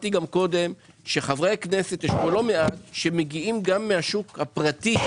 יש לא מעט חברי כנסת שמגיעים מהשוק הפרטי,